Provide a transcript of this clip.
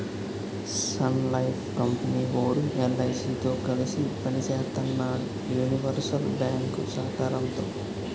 Sun Life company వోడు LIC తో కలిసి పని సేత్తన్నాడు యూనివర్సల్ బ్యేంకు సహకారంతో